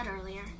earlier